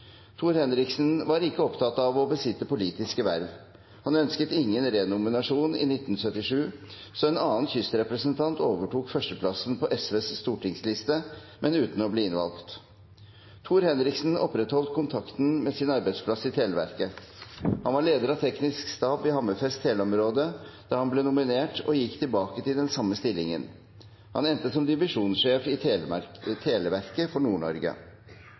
Henriksen var ikke opptatt av å besitte politiske verv. Han ønsket ingen renominasjon i 1977, så en annen kystrepresentant overtok førsteplassen på SVs stortingsliste, men uten å bli innvalgt. Tor Henriksen opprettholdt kontakten med sin arbeidsplass i Televerket. Han var leder av teknisk stab i Hammerfest teleområde da han ble nominert og gikk tilbake til den samme stillingen. Han endte som divisjonssjef i Televerket for